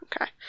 Okay